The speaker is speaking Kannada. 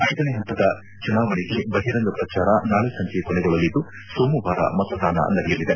ಐದನೇ ಹಂತದ ಚುನಾವಣೆಗೆ ಬಹಿರಂಗ ಪ್ರಚಾರ ನಾಳಿ ಸಂಜೆ ಕೊನೆಗೊಳ್ಳಲಿದ್ದು ಸೋಮವಾರ ಮತದಾನ ನಡೆಯಲಿದೆ